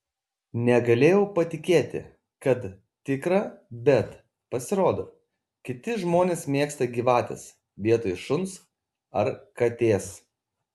negalėjau patikėti kad tikra bet pasirodo kiti žmonės mėgsta gyvates vietoj šuns ar katės